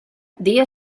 dia